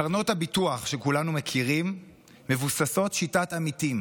קרנות הביטוח שכולנו מכירים מבוססות על שיטת עמיתים.